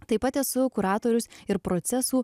taip pat esu kuratorius ir procesų